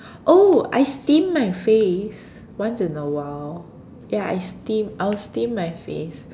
oh I steam my face once in a while ya I'll steam I'll steam my face